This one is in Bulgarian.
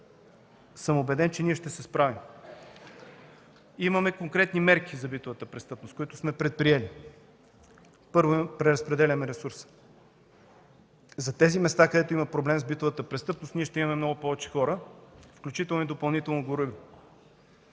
съм убеден, че ще се справим. Имаме конкретни мерки за битовата престъпност, които сме предприели. Първо, преразпределяме ресурса. За тези места, където има проблем с битовата престъпност, ние ще имаме много повече хора, включително и допълнително оборудване.